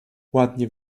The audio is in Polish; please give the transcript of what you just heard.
ładnie